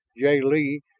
jil-lee,